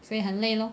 所以很累 lor